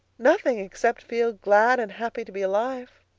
nothing, except feel glad and happy to be alive.